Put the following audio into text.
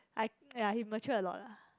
I think ya he mature a lot ah